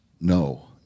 No